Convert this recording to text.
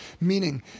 meaning